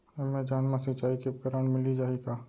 Amazon मा सिंचाई के उपकरण मिलिस जाही का?